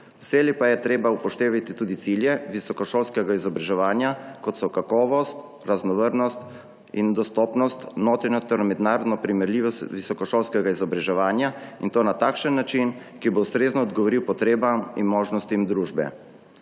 Vselej pa je treba upoštevati tudi cilje visokošolskega izobraževanja, kot so kakovost, raznovrstnost in dostopnost, notranjo in mednarodno primerljivost visokošolskega izobraževanja, in to na takšen način, ki bo ustrezno odgovoril potrebam in možnostim družbe.